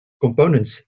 components